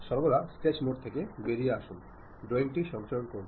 সর্বদা sketch mode থেকে বেরিয়ে আসুন ড্রয়িংটি সংরক্ষণ করুন